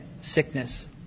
sickness